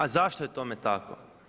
A zašto je tome tako?